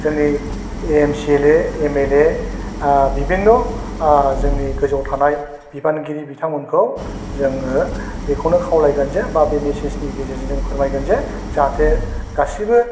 जोंनि M C L A M L A बिभिन्न' जोंनि गोजौआव थानाय बिबानगिरि बिथांमोनखौ जोङो बेखौनो खावलायगोन जे एबा बे मेसेसनि गेजेरजों फोरमायगोन जे जाहाथे गासैबो